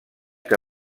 que